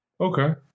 Okay